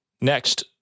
Next